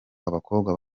abakobwa